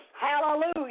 hallelujah